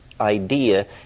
idea